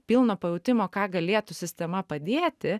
pilno pajautimo ką galėtų sistema padėti